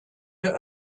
der